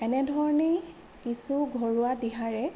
এনেধৰণেই কিছু ঘৰুৱা দিহাৰে